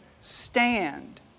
stand